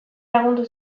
lagundu